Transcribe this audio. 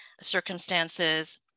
circumstances